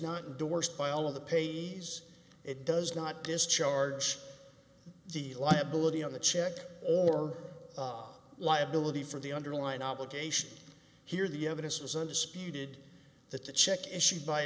endorsed by all of the pays it does not discharge the liability on the check or liability for the underlying obligation here the evidence is undisputed that the check issued by